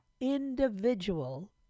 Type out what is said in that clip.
Individual